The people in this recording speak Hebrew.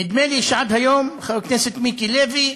נדמה לי שעד היום, חבר הכנסת מיקי לוי,